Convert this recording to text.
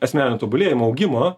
asmeninio tobulėjimo augimo